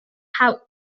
have